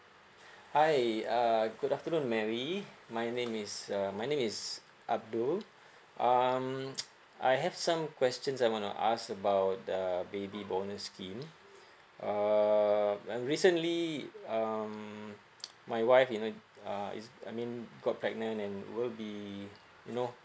hi uh good afternoon mary my name is um my name is abdul um I have some questions I wanna ask about the baby bonus scheme uh recently um my wife you know uh is I mean got pregnant and will be you know